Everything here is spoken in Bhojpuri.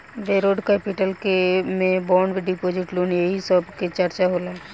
बौरोड कैपिटल के में बांड डिपॉजिट लोन एही सब के चर्चा होला